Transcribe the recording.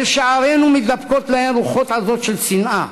על שערינו מתדפקות רוחות עזות של שנאה,